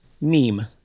meme